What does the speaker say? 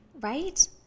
right